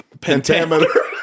pentameter